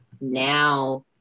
now